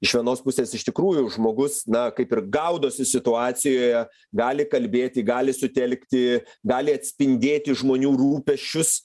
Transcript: iš vienos pusės iš tikrųjų žmogus na kaip ir gaudosi situacijoje gali kalbėti gali sutelkti gali atspindėti žmonių rūpesčius